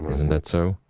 isn't that so?